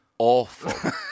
awful